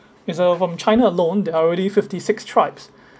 and so from china alone they are already fifty-six tribes